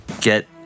get